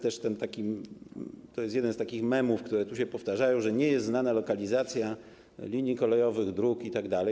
To jest jeden z takich memów, które tu się powtarzają, że nie jest znana lokalizacja linii kolejowych, dróg itd.